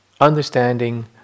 understanding